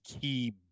key